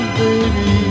baby